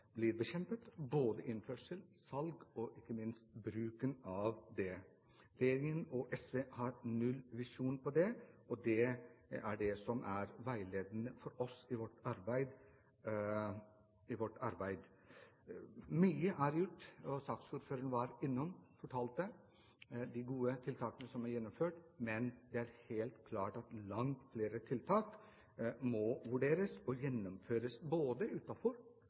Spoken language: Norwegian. bekjempet, både innførsel, salg og ikke minst bruken av det. Regjeringen og SV har en nullvisjon her, og det er det som er veiledende for oss i vårt arbeid. Mye er gjort, og saksordføreren fortalte om de gode tiltakene som er gjennomført, men det er helt klart at langt flere tiltak må vurderes og gjennomføres både